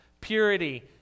purity